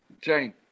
Jane